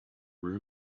room